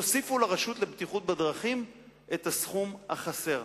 תוסיפו לרשות לבטיחות בדרכים את הסכום החסר,